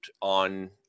on